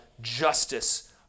justice